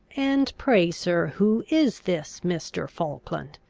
and pray, sir, who is this mr. falkland?